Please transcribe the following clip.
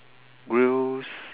grills